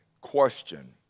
question